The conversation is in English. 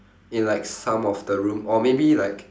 in like some of the room or maybe like